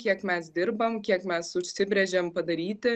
kiek mes dirbam kiek mes užsibrėžėm padaryti